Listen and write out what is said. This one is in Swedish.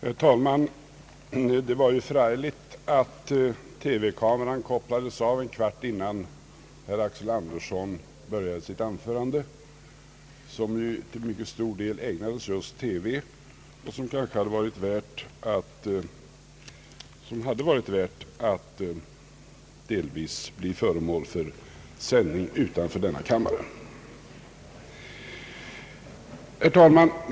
Herr talman! Det var ju förargligt att TV-kameran kopplades av en kvart innan herr Axel Andersson började sitt anförande, som till mycket stor del ägnades just TV och som hade varit värt att delvis bli föremål för sändning utanför denna kammare. Herr talman!